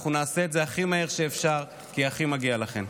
אנחנו נעשה את זה הכי מהר שאפשר, כי הכי מגיע לכן.